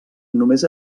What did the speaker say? només